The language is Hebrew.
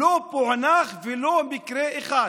לא פוענח ולו מקרה אחד.